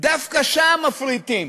דווקא שם מפריטים.